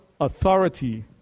authority